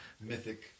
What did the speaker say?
mythic